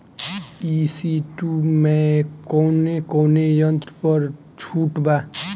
ई.सी two मै कौने कौने यंत्र पर छुट बा?